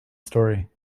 story